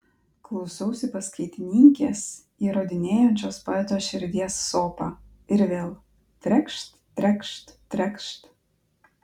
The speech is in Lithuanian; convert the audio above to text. klausausi paskaitininkės įrodinėjančios poeto širdies sopą ir vėl trekšt trekšt trekšt